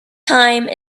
time